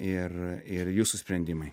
ir ir jūsų sprendimai